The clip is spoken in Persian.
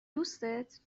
دوستت